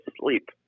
sleep